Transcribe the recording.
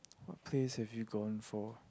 place have you gone for